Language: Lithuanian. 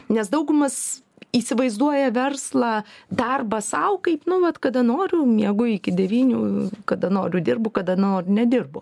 nes daugumas įsivaizduoja verslą darbą sau kaip nu vat kada noriu miegu iki devynių kada noriu dirbu kada noriu nedirbu